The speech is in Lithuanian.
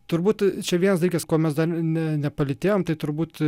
turbūt čia vienas dalykas ko mes dar ne nepalytėjom tai turbūt